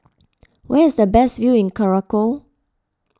where is the best view in Curacao